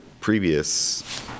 previous